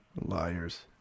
Liars